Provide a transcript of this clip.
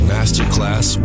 Masterclass